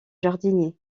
jardinier